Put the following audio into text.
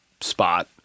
spot